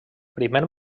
primer